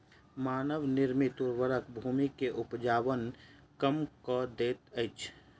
मानव निर्मित उर्वरक भूमि के उपजाऊपन कम कअ दैत अछि